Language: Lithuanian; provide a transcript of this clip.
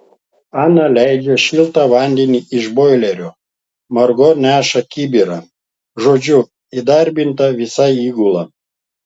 ana leidžia šiltą vandenį iš boilerio margo neša kibirą žodžiu įdarbinta visa įgula